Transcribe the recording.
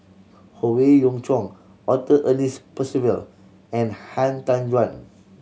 Howe Yoon Chong Arthur Ernest Percival and Han Tan Juan